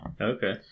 Okay